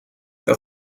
dat